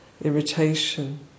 irritation